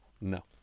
No